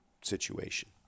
situation